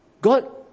God